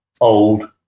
old